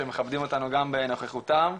שמכבדים אותנו גם בנוכחותם,